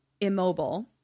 immobile